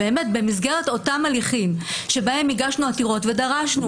במסגרת אותם הליכים שבהם הגשנו עתירות ודרשנו